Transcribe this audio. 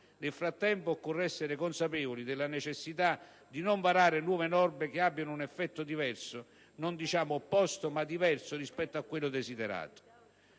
Nel frattempo occorre essere consapevoli della necessità di non varare nuove norme che abbiano un effetto diverso - non diciamo opposto, ma diverso - rispetto a quello desiderato.